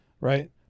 right